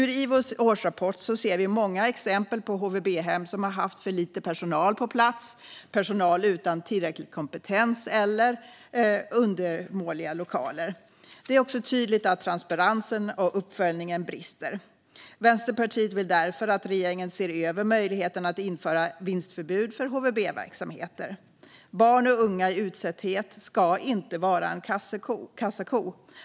I Ivos årsrapport ser vi många exempel på HVB-hem som har haft för lite personal på plats, personal utan tillräcklig kompetens eller undermåliga lokaler. Det är också tydligt att transparensen och uppföljningen brister. Vänsterpartiet vill därför att regeringen ser över möjligheten att införa vinstförbud för HVB-verksamheter. Barn och unga i utsatthet ska inte vara en kassako.